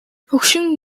хөгшин